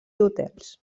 hotels